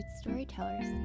storytellers